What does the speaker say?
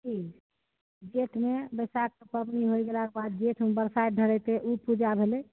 की जेठमे बैशाख की पाबनि होइ गेलाके बाद जेठमे बरसाइत धरैके ओ पूजा भेलै